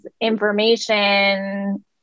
information